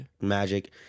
Magic